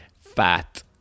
fat